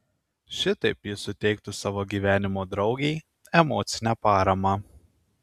šitaip jis suteiktų savo gyvenimo draugei emocinę paramą